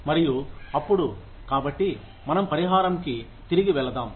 మరియు అప్పుడు కాబట్టి మనం పరిహారంకి తిరిగి వెళ్దాం